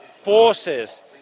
forces